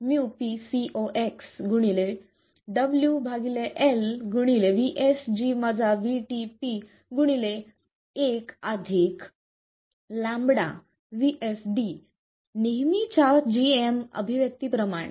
µpCox W L 1 λ VSD नेहमीच्या gm अभिव्यक्ती प्रमाणे